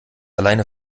alleine